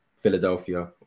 philadelphia